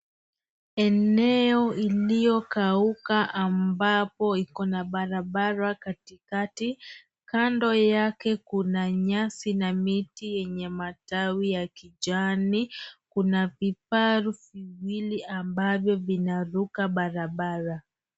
Eneo iliyokauka ambapo iko na barabara katikati. Kando yake kuna nyasi na miti yenye matawi ya kijani. Kuna vifaru viwili ambavyo vinavuka barabara.